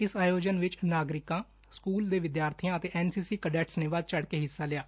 ਇਸ ਆਯੋਜਨ ਵਿਚ ਨਾਗਰਿਕਾਂ ਸਕੂਲ ਦੇ ਵਿਦਿਆਰਥੀਆਂ ਅਤੇ ਐਨਸੀਸੀ ਕਡੈਟਸ ਨੇ ਵਧ ਚੜੁ ਕੇ ਹਿੱਸਾ ਲਿਆ